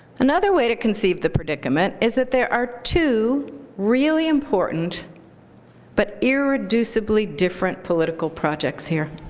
another way to conceive the predicament is that there are two really important but irreducibly different political projects here.